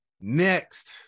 Next